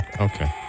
Okay